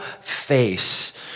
face